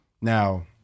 Now